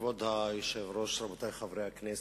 כבוד היושב-ראש, רבותי חברי הכנסת,